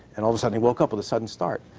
and all of a sudden, he woke up with a sudden start.